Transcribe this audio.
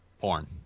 porn